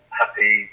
happy